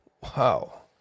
Wow